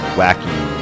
wacky